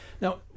Now